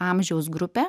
amžiaus grupę